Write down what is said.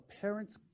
parents